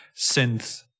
synth